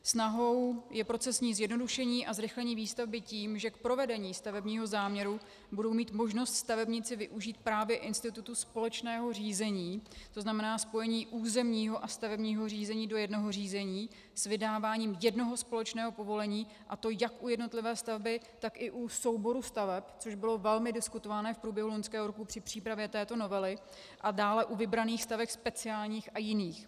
Snahou je procesní zjednodušení a zrychlení výstavby tím, že k provedení stavebního záměru budou mít možnost stavebníci využít právě institutu společného řízení, tzn. spojení územního a stavebního řízení do jednoho řízení, s vydáváním jednoho společného povolení, a to jak u jednotlivé stavby, tak i u souboru staveb, což bylo velmi diskutované v průběhu loňského roku při přípravě této novely, a dále u vybraných staveb speciálních a jiných.